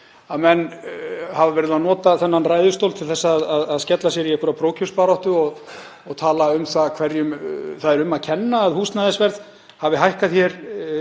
að menn hafa verið að nota þennan ræðustól til að skella sér í hálfgerða prófkjörsbaráttu og tala um það hverjum sé um að kenna að húsnæðisverð hafi hækkað